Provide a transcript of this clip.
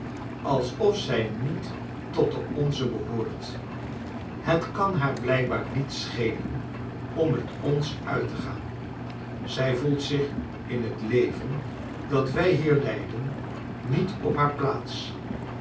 alsof zij niet tot de onzen behoort het kan haar blijkbaar niet schelen om met ons uit te gaan zij voelt zich in het leven dat wij hier leiden niet op haar plaats